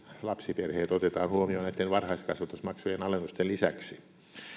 lapsiperheet otetaan huomioon näitten varhaiskasvatusmaksujen alennusten lisäksi